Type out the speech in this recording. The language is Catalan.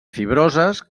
fibroses